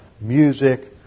music